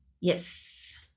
Yes